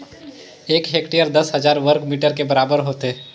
एक हेक्टेयर दस हजार वर्ग मीटर के बराबर होथे